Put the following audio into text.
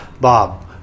Bob